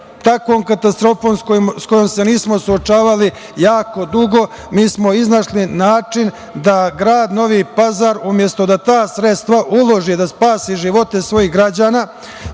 takvom katastrofom sa kojom se nismo suočavali jako dugo, mi smo iznašli način da grad Novi Pazar, umesto da ta sredstva uloži da spasi živote svojih građana,